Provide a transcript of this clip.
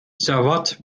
sawat